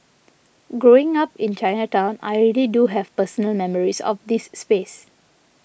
growing up in Chinatown I really do have personal memories of this space